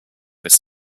this